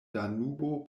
danubo